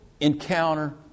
encounter